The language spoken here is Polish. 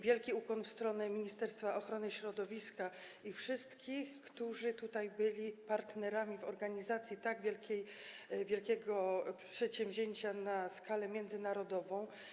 Wielki ukłon w stronę ministerstwa ochrony środowiska i wszystkich, którzy byli partnerami przy organizacji tak wielkiego przedsięwzięcia, na skalę międzynarodową.